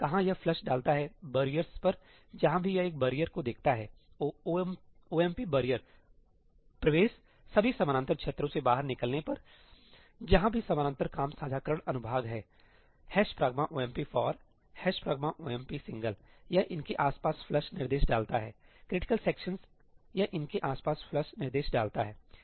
कहां यह फ्लश डालता है बैरियर्स पर जहां भी यह एक बैरियर को देखता है ओमप बैरियर प्रवेश सभी समानांतर क्षेत्रों से बाहर निकलने पर सही जहां भी समानांतर काम साझाकरण अनुभाग हैं ' pragma omp for' सही ' pragma omp single' यह इनके आसपास फ्लश निर्देश डालता है क्रिटिकल सेक्शंस यह इनके आसपास फ्लश निर्देश डालता है